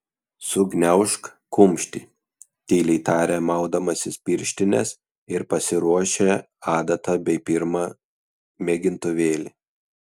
sugniaužk kumštį tyliai tarė maudamasis pirštines ir pasiruošė adatą bei pirmą mėgintuvėlį